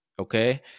Okay